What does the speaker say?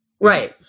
Right